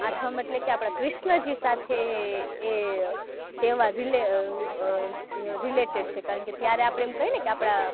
આઠમ એટલે આપણા કૃષ્ણજી સાથે એ તહેવાર રિલે રિલેટેડ છે કારણકે ત્યારે આપણે કહીએને કે આપણા